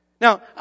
Now